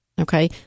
okay